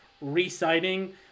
reciting